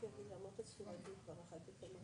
לומר את האמת לאזרחי ישראל,